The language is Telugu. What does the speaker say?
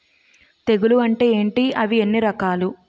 తెగులు అంటే ఏంటి అవి ఎన్ని రకాలు?